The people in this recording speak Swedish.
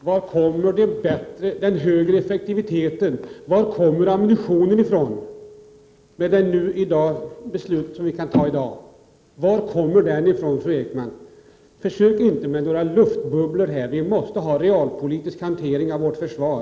Herr talman! Kerstin Ekman, varifrån kommer den större effektiviteten, och varifrån kommer ammunitionen om vi i dag skulle fatta detta beslut? Försök inte att gripa något ur luften. Det måste föras en realpolitik när det gäller vårt försvar.